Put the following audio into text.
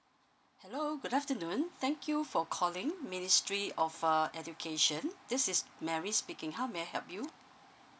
hello good afternoon thank you for calling ministry of err education this is mary speaking how may I help you